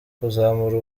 kuzamura